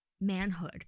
manhood